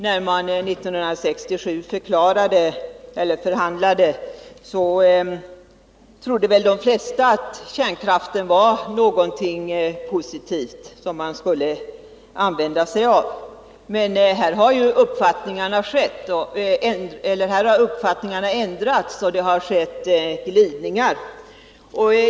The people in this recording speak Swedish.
När man förhandlade 1967 trodde de flesta att kärnkraften var något positivt. Men uppfattningarna har ju ändrats, och det har skett glidningar.